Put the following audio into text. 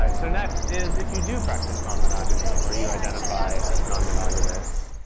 um so next is if you do practice non-monogamy, or you identify as non-monogamous,